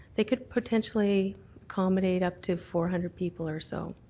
they could potentially accommodate up to four hundred people or so.